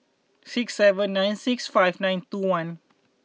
six seven nine six five nine two one